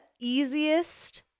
easiest